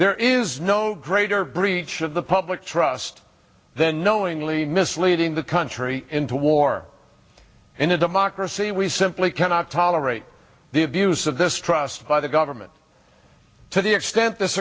there is no greater breach of the public trust then knowingly misleading the country into war in a democracy we simply cannot tolerate the abuse of this trust by the government to the extent this